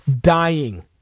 dying